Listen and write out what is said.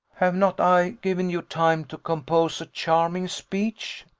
have not i given you time to compose a charming speech?